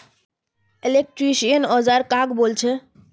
Electrician औजार कहाक बोले छे?